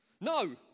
No